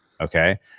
Okay